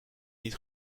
niet